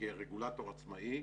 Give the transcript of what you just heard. כרגולטור עצמאי,